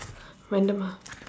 random ah